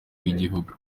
bw’igihugu